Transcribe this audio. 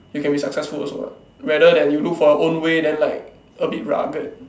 you can be successful also [what] rather than you look for your own way then like a bit rugged